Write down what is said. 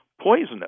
poisonous